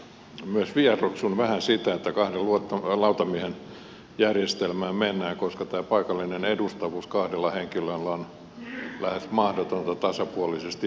myös vieroksun vähän sitä että kahden lautamiehen järjestelmään mennään koska tämä paikallinen edustavuus kahdella henkilöllä on lähes mahdotonta tasapuolisesti hoitaa